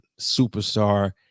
superstar